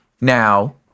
Now